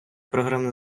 програмне